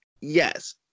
yes